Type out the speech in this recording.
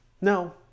No